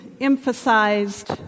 emphasized